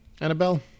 Annabelle